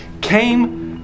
came